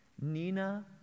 Nina